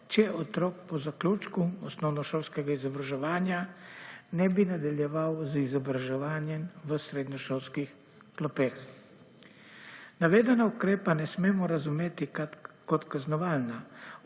če otrok po zaključku osnovnošolskega izobraževanja ne bi nadaljeval z izobraževanjem v srednješolskih klopeh. Navedena ukrepa ne smemo razmeti kot kaznovalna.